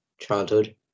childhood